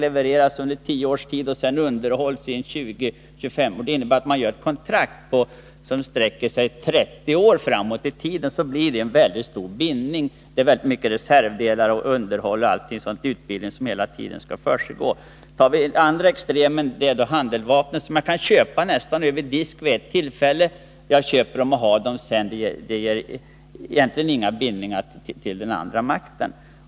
Planen levereras sedan under tio års tid och underhålls i 20 eller 25 år. Det innebär att vi tecknar kontrakt som sträcker sig 30 år framåt i tiden. Det blir därmed en mycket stark bindning. Det behövs hela tiden reservdelar, underhåll och utbildning. Den andra extremen är handeldvapen, som man kan köpa nästan över disk vid ett tillfälle. Det ger egentligen inga bindningar till den andra makten.